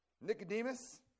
Nicodemus